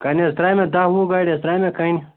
کَنہِ حظ ترٛایہِ مےٚ دَہ وُہ گاڑِ حظ ترٛایہِ مےٚکَنہِ